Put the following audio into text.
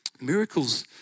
Miracles